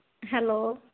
hello